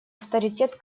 авторитет